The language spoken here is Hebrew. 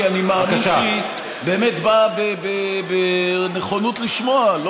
כי אני מאמין שהיא באמת באה בנכונות לשמוע.